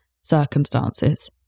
circumstances